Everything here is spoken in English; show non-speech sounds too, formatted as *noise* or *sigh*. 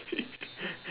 *laughs*